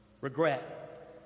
Regret